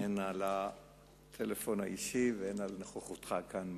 הן על הטלפון האישי והן על נוכחותך כאן באולם.